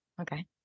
Okay